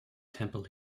temple